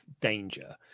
danger